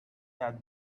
had